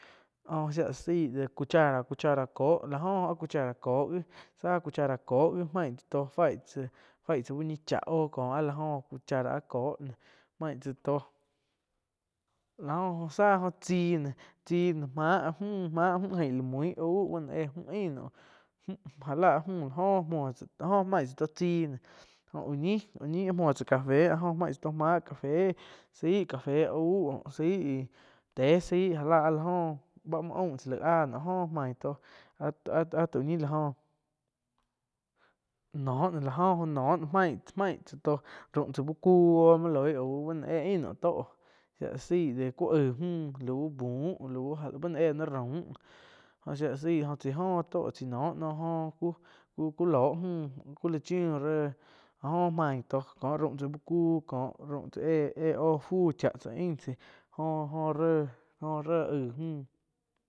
Óh shia la zaih de cuchara kóh la góh cuchara kóh gi záh cuchara kóh wi main tzá to faí tzá uh ñi chá kó áh la joh cuchara áh kóh main tzá toh, la oh jo záh oh tsih chih no máh áh mju, máh mju ain la mui auh bá no éh ain nauh mu ja la müh la joh tóh jo main tsá to chih jó uh ñi, uh ñi, muoh tsá café main tsá tó máh café zaih café auh zaih téh zaih. Já la áh la áh la joh báh muo aun tsá laih áh tóh oh main tó áh-áh tau ñi la jóh. Noh no la jo oh main tsá-main tsá raum tsá uh ku oh muo loi auh ba no éh ain naum tó shia la sai dé cu aaig mju búh, bu no éh na raum jo siá la sai jo chai joh chaa noh no oh ku ku loh mju cu la chiu réh áh jo main tóh ko raum tsá uh ku kó raum tsá éh oh fu cháh ain tsáh jo-jo re jo ré aig mjuh.